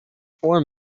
four